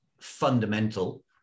fundamental